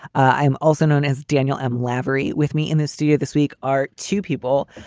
i am also known as daniel m. lavery. with me in the studio this week are two people.